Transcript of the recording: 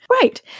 Right